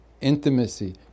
intimacy